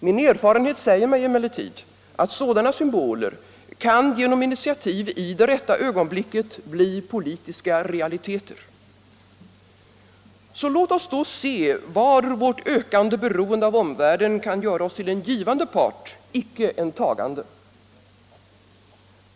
Min erfarenhet säger mig emellertid, att sådana symboler kan genom initiativ i det rätta ögonblicket bli politiska realiteter. Så låt oss då se var vårt ökande beroende av omvärlden kan göra oss till en givande part, inte en tagande.